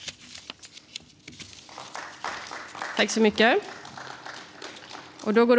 Tack!